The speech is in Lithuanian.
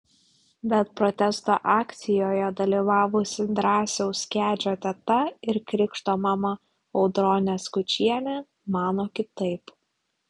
bet protesto akcijoje dalyvavusi drąsiaus kedžio teta ir krikšto mama audronė skučienė mano kitaip